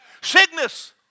Sickness